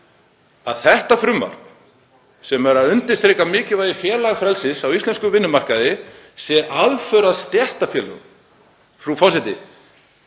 að þetta frumvarp, sem er að undirstrika mikilvægi félagafrelsis á íslenskum vinnumarkaði, sé aðför að stéttarfélögum? Frú forseti.